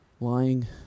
lying